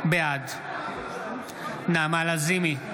בעד נעמה לזימי,